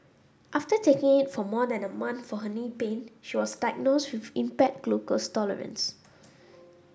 after taking it for more than a month for her knee pain she was diagnosed with impaired glucose tolerance